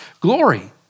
glory